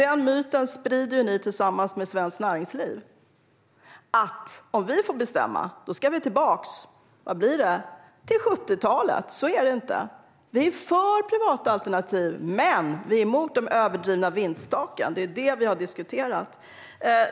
Den myten sprider ni tillsammans Svenskt Näringsliv. Ni säger att om vi fick bestämma skulle man gå tillbaka till 70-talet. Så är det inte. Vi är för privata alternativ, men vi är emot de överdrivna vinsttaken. Det är det som vi har diskuterat.